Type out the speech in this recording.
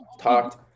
talked